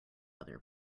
other